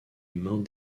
mains